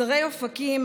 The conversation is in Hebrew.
צרי אופקים